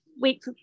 week